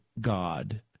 God